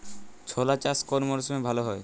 ছোলা চাষ কোন মরশুমে ভালো হয়?